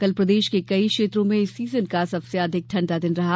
कल प्रदेश के कई क्षेत्रों में इस सीजन का सबसे अधिक ठंडा दिन रहा